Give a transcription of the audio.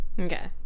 Okay